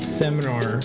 seminar